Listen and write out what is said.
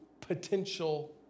potential